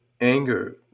Anger